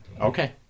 Okay